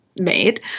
made